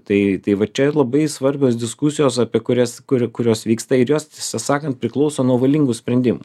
tai tai va čia labai svarbios diskusijos apie kurias kuri kurios vyksta ir jos tiesą sakan priklauso nuo valingų sprendimų